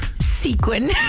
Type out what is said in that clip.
Sequin